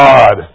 God